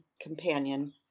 Companion